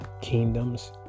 kingdoms